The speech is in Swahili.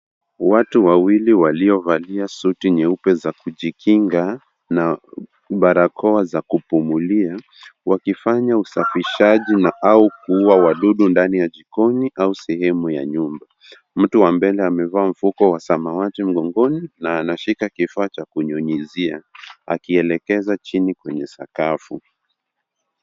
Watu wawili waliovalia suti nyeupe za kujikinga na barakoa za kupumulia, wakifanya usafishaji na au kuua wadudu ndani ya jikoni au sehemu ya nyumba. Mtu wa mbele amevaa mfuko wa samawati mgongoni na anashika kifaa cha kunyunyizia akielekeza chini kwenye sakafu.